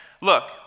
look